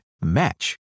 Match